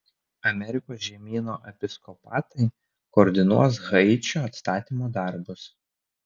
amerikos žemyno episkopatai koordinuos haičio atstatymo darbus